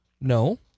No